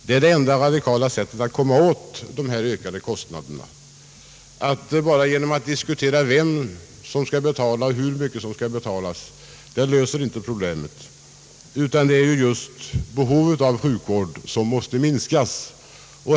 Det är det enda radikala sättet att komma åt dessa ökade kostnader. Att bara diskutera vem som skall betala och hur mycket som skall betalas när det gäller dessa kostnader löser inte problemet, utan det är just behovet av sjukvård som måste minskas.